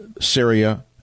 Syria